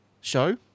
show